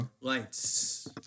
lights